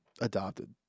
adopted